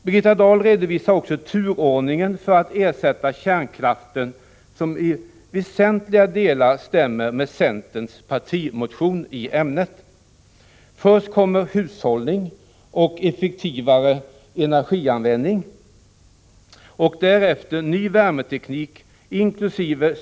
Birgitta Dahl redovisar också en turordning för att ersätta kärnkraften som i väsentliga delar stämmer med centerns partimotion i ämnet. Först kommer hushållning och effektivare energianvändning, därefter ny värmeteknik inkl.